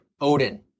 Odin